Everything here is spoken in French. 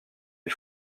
les